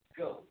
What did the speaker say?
go